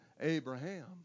Abraham